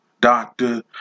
doctor